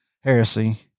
heresy